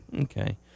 Okay